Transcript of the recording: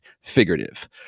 figurative